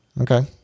Okay